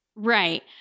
Right